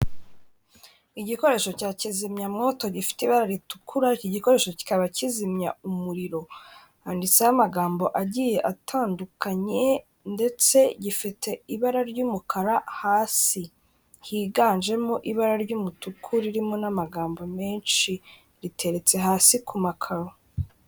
Igikoresho cya kizimyamwoto gifite ibara ritukura, iki gikoresho kikaba kizimya umuriro. Handitseho amagambo agiye atandukanye ndetse gifite ibara ry'umukara, hasi higanjemo ibara ry'umutuku ririmo n'amagambo menshi riteretse hasi ku makaro.